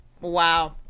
Wow